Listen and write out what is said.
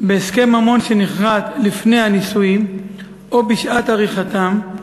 "בהסכם ממון שנכרת לפני הנישואים או בשעת עריכתם,